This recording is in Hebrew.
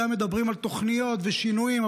גם מדברים על תוכניות ושינויים,